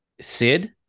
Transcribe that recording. Sid